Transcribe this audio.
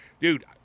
Dude